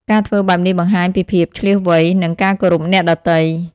ការធ្វើបែបនេះបង្ហាញពីភាពឈ្លាសវៃ និងការគោរពអ្នកដទៃ។